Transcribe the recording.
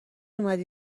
اومدی